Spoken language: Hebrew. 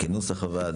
זה מטעם הממשלה.